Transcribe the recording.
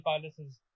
Palace's